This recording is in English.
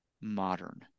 modern